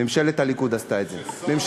ממשלת הליכוד, חברים.